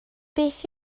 beth